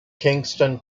kingston